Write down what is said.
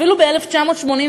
אפילו ב"1984"